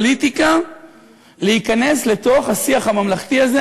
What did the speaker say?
אסור לתת לפוליטיקה להיכנס לתוך השיח הממלכתי הזה.